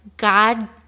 God